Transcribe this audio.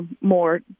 more